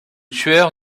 tueur